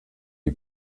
die